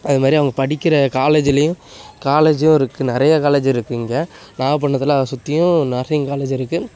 அது மாதிரி அவங்க படிக்கிற காலேஜுலையும் காலேஜும் இருக்கு நிறைய காலேஜு இருக்கு இங்கே நாகப்பட்னத்தில் அதை சுற்றியும் நர்ஸிங் காலேஜ் இருக்கு